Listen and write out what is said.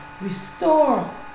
restore